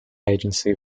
agency